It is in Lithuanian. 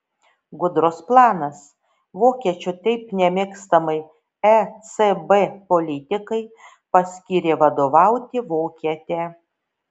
gudrus planas vokiečių taip nemėgstamai ecb politikai paskyrė vadovauti vokietę